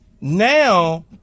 Now